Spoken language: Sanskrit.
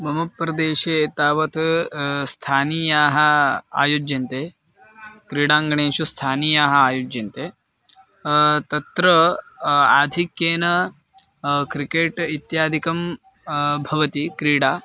मम प्रदेशे तावत् स्थानीयाः आयोज्यन्ते क्रीडाङ्गणेषु स्थानीयाः आयोज्यन्ते तत्र आधिक्येन क्रिकेट् इत्यादिकं भवति क्रीडा